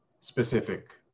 specific